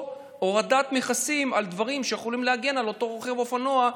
או הורדת מכסים על דברים שיכולים להגן על אותו רוכב אופנוע,